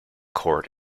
court